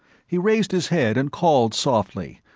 he raised his head and called softly,